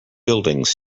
buildings